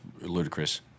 ludicrous